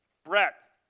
brett,